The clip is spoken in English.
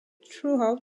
throughout